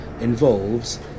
involves